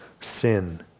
sin